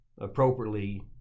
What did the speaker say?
appropriately